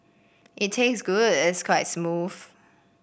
it taste good it's quite smooth